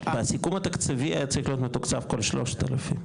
בסיכום התקציבי היה צריך להיות מתוקצב כל ה-3,000,